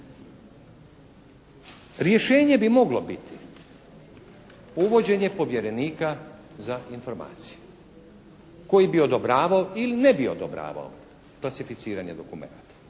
Rješenje bi moglo biti uvođenje povjerenika za informaciju koji bi odobravao ili ne bi odobravao klasificiranje dokumenata,